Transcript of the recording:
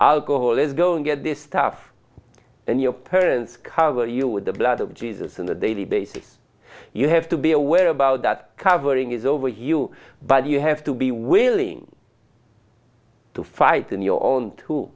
alcohol is going get this stuff and your parents cover you with the blood of jesus in a daily basis you have to be aware about that covering is over you but you have to be willing to fight in your own to